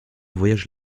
voyage